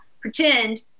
pretend